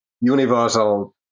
universal